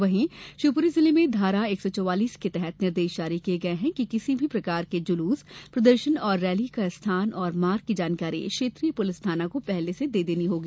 वहीं शिवपुरी जिले में धारा एक सौ चवालीस के तहत निर्देश जारी किये गये हैं कि किसी भी प्रकार के जुलूस प्रदर्शन और रैली का स्थान और मार्ग की जानकारी क्षेत्रीय पुलिस थाना को पहले से देनी होगी